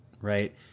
right